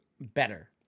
better